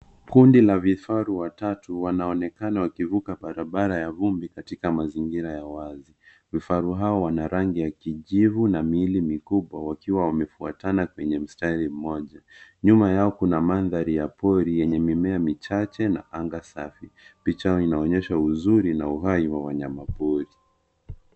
Kundi la vifaru watatu wanaonekana wakivuka barabara ya vumbi katika mazingira ya wazi. Vifaru hawa wana rangi ya kijivu na mbili mikubwa wakiwa wamfuatana kwenye mstari mmoja. Nyuma yao kuna mandhari ya pori yenye mimea michache na anga safi. Picha inaonyesha uzuri uhai wa wanyama pori.